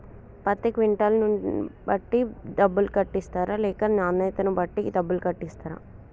పత్తి క్వింటాల్ ను బట్టి డబ్బులు కట్టిస్తరా లేక నాణ్యతను బట్టి డబ్బులు కట్టిస్తారా?